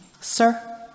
Sir